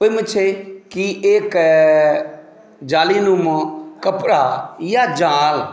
ओहिमे छै कि एक जालिनुमा कपड़ा या जाल